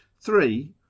three